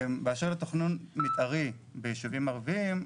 באשר לתכנון מתארי בישובים ערביים,